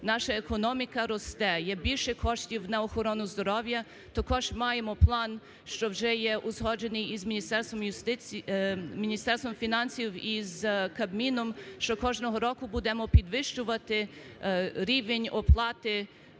наша економіка росте, є більше коштів на охорону здоров'я. Також маємо план, що вже є узгоджений з Міністерством юстиції… Міністерством фінансів і з Кабміном, що кожного року буде підвищувати рівень оплати